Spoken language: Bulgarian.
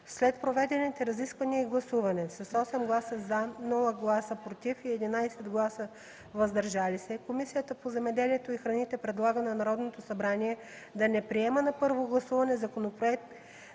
След проведените разисквания и гласуване: 1. С 8 гласа „за”, без „против” и 11 гласа „въздържали се” Комисията по земеделието и храните предлага на Народното събрание да не приема на първо гласуване Законопроект